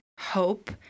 hope